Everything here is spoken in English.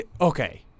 okay